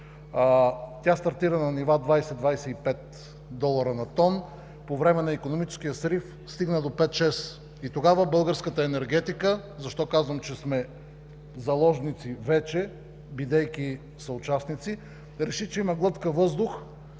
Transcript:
Тя стартира на нива 20 – 25 долара на тон. По време на икономическия срив стигна до пет-шест и тогава българската енергетика – защо казвам, че сме заложници вече, бидейки съучастници, реши, че има глътка въздух